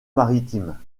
maritime